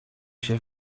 się